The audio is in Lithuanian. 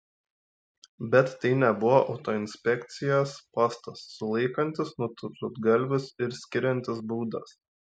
bet tai nebuvo autoinspekcijos postas sulaikantis nutrūktgalvius ir skiriantis baudas